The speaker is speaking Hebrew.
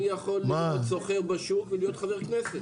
הוא יכול להיות סוחר בשוק ולהיות חבר כנסת,